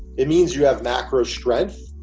it means you have macro strength,